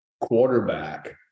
quarterback